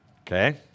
Okay